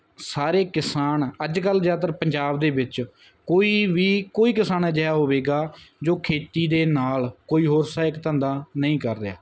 ਸਾਰੇ ਕਿਸਾਨ ਅੱਜ ਕੱਲ ਜਿਆਦਾਤਰ ਪੰਜਾਬ ਦੇ ਵਿੱਚ ਕੋਈ ਵੀ ਕੋਈ ਕਿਸਾਨ ਅਜਿਹਾ ਹੋਵੇਗਾ ਜੋ ਖੇਤੀ ਦੇ ਨਾਲ ਕੋਈ ਹੋਰ ਸਹਾਇਕ ਧੰਦਾ ਨਹੀਂ ਕਰ ਰਿਹਾ